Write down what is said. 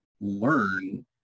learn